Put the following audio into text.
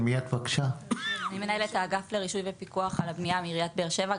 אני מנהלת האגף לרישוי ופיקוח על הבנייה בעיריית באר שבע.